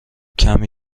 کمی